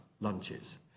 lunches